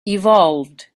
evolved